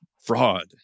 fraud